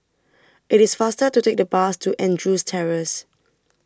IT IS faster to Take The Bus to Andrews Terrace